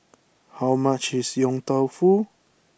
how much is Yong Tau Foo